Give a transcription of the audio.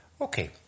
Okay